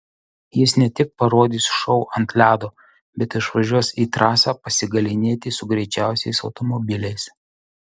jis ne tik parodys šou ant ledo bet išvažiuos į trasą pasigalynėti su greičiausiais automobiliais